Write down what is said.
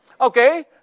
Okay